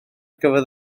gyfer